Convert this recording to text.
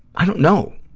i don't know.